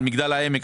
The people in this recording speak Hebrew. על מגדל העמק,